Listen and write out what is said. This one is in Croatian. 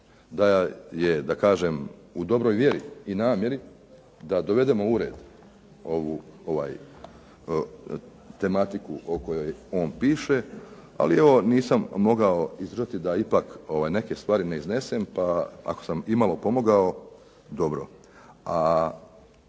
da je u dobroj vjeri i namjeri da dovedem u red ovu tematiku o kojoj on piše. Ali evo nisam mogao izdržati da neke stvari ipak ne iznesem, pa ako sam imalo pomogao, dobro.